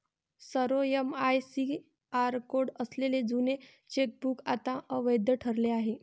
सर्व MICR code असलेले जुने चेकबुक आता अवैध ठरले आहे